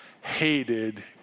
hated